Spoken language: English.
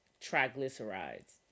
triglycerides